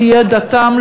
תהיה דתם,